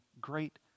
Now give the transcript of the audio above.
great